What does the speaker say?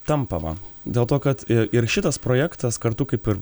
tampama dėl to kad ir šitas projektas kartu kaip ir